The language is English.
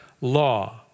law